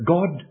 God